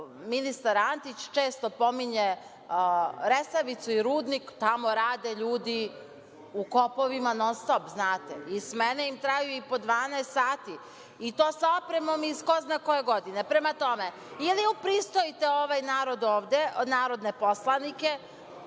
ministar Antić, često pominje Resavicu i Rudnik, tamo rade ljudi u kopovima non-stop i smene im traju i po 12 sati, i to sa opremom iz ko zna koje godine. Prema tome, ili upristojite ovaj narod ovde, narodne poslanike,